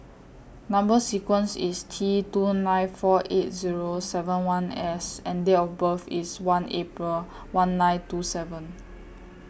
Number sequence IS T two nine four eight Zero seven one S and Date of birth IS one April one nine two seven